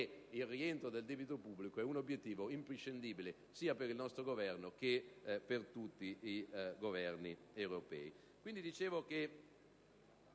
il rientro del debito pubblico è un obiettivo imprescindibile sia per il nostro che per tutti i Governi europei.